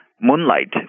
Moonlight